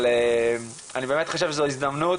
אני באמת חושב שזו הזדמנות,